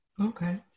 Okay